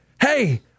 Hey